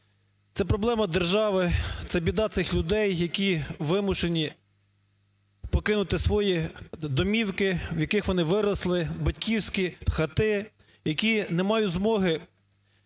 Це проблема держави, це біда цих людей, які вимушені покинути свої домівки, в яких вони виросли, батьківські хати. Які не мають змоги